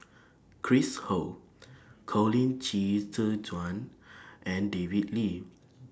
Chris Ho Colin Qi Zhe Quan and David Lee